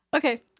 Okay